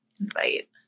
Invite